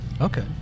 Okay